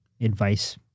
advice